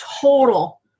total